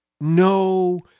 no